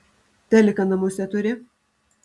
teliką namuose turi